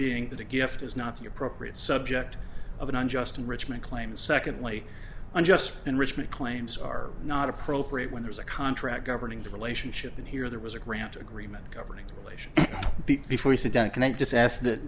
being that a gift is not the appropriate subject of an unjust enrichment claim secondly unjust enrichment claims are not appropriate when there is a contract governing the relationship and here there was a grant agreement governing lation beat before he said that can i just ask that